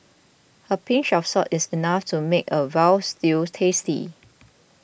a pinch of salt is enough to make a Veal Stew tasty